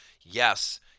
Yes